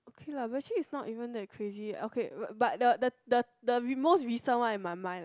okay lah but actually is not even that crazy okay but the the the most recent one in my mind lah